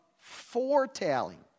foretelling